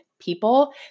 people